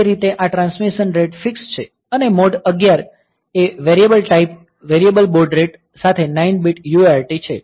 તેથી તે રીતે આ ટ્રાન્સમિશન રેટ ફિક્સ છે અને મોડ 11 એ variable type variable baud rate સાથે 9 બીટ UART છે